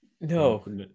No